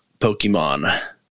Pokemon